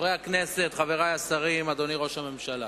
חברי הכנסת, חברי השרים, אדוני ראש הממשלה,